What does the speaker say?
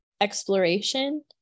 exploration